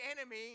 enemy